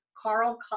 Carl